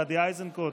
גדי איזנקוט,